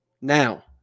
Now